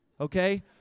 okay